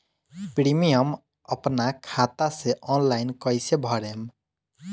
Premium अपना खाता से ऑनलाइन कईसे भरेम?